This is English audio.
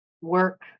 work